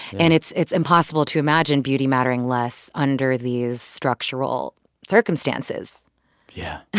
and it's it's impossible to imagine beauty mattering less under these structural circumstances yeah,